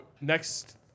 next